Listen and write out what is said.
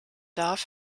darf